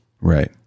Right